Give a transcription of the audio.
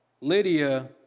Lydia